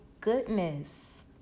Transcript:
goodness